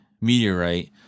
meteorite